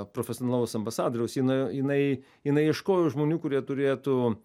profesionalus ambasadoriaus ji na jinai jinai ieškojo žmonių kurie turėtų